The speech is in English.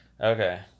Okay